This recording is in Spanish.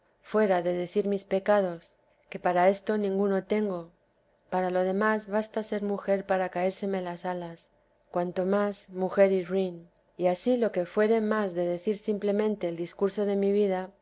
fuera de decir mis pecados que para esto ninguno tengo para lo demás basta ser mujer para caérseme las alas cuanto más mujer y ruin y ansí lo que fuere más de decir simplemente el discurso de mi vida